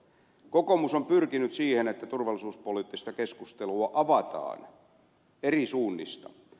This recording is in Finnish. kokoomus on pyrkinyt siihen että turvallisuuspoliittista keskustelua avataan eri suunnista